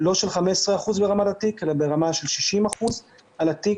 לא של 15% ברמת התיק, אלא ברמה של 60% על התיק.